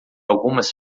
algumas